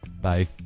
Bye